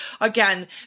again